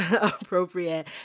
appropriate